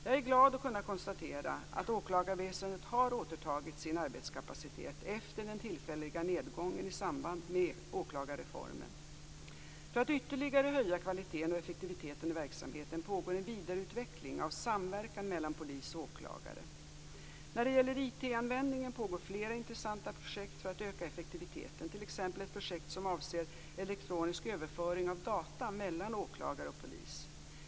Jag är glad att kunna konstatera att åklagarväsendet har återtagit sin arbetskapacitet efter den tillfälliga nedgången i samband med åklagarreformen. För att ytterligare höja kvaliteten och effektiviteten i verksamheten pågår en vidareutveckling av samverkan mellan polis och åklagare. När det gäller IT användningen pågår flera intressanta projekt för att öka effektiviteten, t.ex. ett projekt som avser elektronisk överföring av data mellan åklagare och polis.